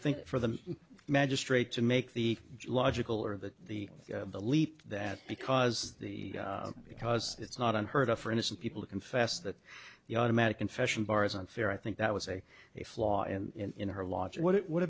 think for the magistrate to make the logical or the the the leap that because the because it's not unheard of for innocent people to confess that the automatic confession bar is unfair i think that was a a flaw in her logic what it what